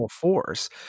force